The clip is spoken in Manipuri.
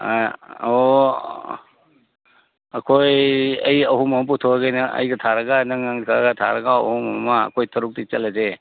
ꯑꯥ ꯑꯣ ꯑꯩꯈꯣꯏ ꯑꯩ ꯑꯍꯨꯝ ꯑꯃ ꯄꯨꯊꯣꯛꯑꯒꯦꯅꯦ ꯑꯩꯒ ꯊꯥꯔꯒ ꯅꯪꯒ ꯊꯥꯔꯒ ꯑꯍꯨꯝ ꯑꯃ ꯑꯩꯈꯣꯏ ꯇꯔꯨꯛꯇꯤ ꯆꯠꯂꯁꯦ